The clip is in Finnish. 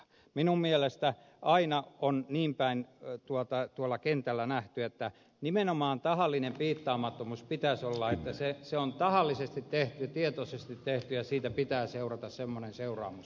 minun mielestäni aina on niin päin tuolla kentällä nähty että nimenomaan tahallinen piittaamattomuus pitäisi olla että se on tahallisesti tehty tietoisesti tehty ja siitä pitää seurata semmoinen seuraamus